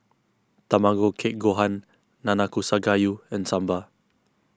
Tamago Kake Gohan Nanakusa Gayu and Sambar